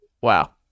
Wow